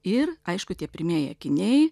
ir aišku tie pirmieji akiniai